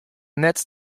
net